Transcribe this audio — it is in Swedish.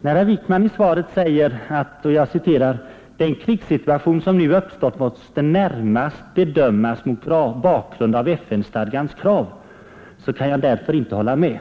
När herr Wickman i svaret säger att ”Den krigssituation som nu uppstått måste närmast bedömas mot bakgrund av FN-stadgans krav” så kan jag därför inte hålla med.